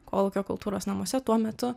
kolūkio kultūros namuose tuo metu